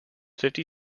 fifty